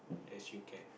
as you can